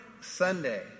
Sunday